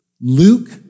Luke